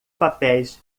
papéis